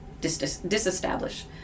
disestablish